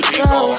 go